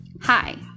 Hi